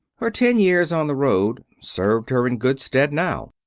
her ten years on the road served her in good stead now.